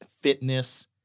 fitness